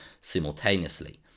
simultaneously